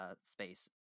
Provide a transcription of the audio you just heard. space